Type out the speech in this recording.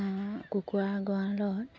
কুকুৰা গঁৰালত